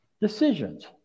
decisions